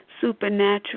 Supernatural